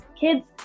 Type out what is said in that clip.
kids